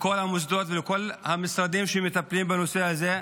לכל המוסדות ולכל המשרדים שמטפלים בנושא הזה,